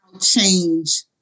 Change